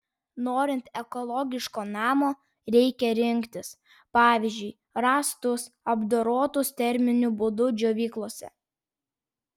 norint ekologiško namo reikia rinktis pavyzdžiui rąstus apdorotus terminiu būdu džiovyklose